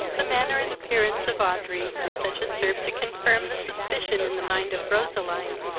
the manner and appearance of audrey were such as served to confirm the suspicion in the mind of roseline,